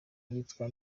yitwa